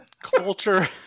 Culture